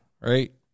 right